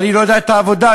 אבל היא לא יודעת את העבודה.